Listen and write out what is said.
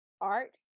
art